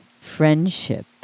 friendship